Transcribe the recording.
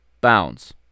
bounds